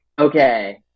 Okay